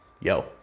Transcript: Yo